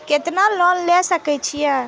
केतना लोन ले सके छीये?